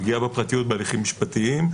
פגיעה בפרטיות בהליכים משפטיים.